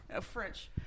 French